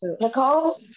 Nicole